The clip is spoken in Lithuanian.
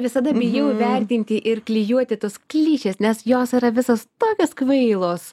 visada bijau vertinti ir klijuoti tos klišės nes jos yra visos tokios kvailos